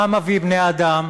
מה מביא בני-אדם